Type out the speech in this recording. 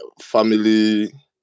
family